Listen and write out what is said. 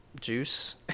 juice